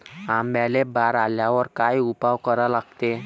आंब्याले बार आल्यावर काय उपाव करा लागते?